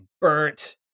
burnt